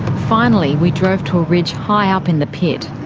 finally we drove to a ridge high up in the pit.